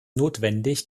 notwendig